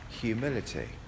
humility